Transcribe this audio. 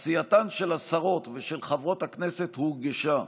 עשייתן של השרות ושל חברות הכנסת הורגשה,